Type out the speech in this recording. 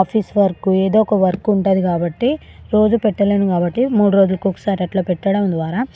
office work ఏదో ఒక work ఉంటుంది కాబట్టి రోజూ పెట్టలేను కాబట్టి మూడు రోజులకి ఒకసారి అట్ల పెట్టడం ద్వారా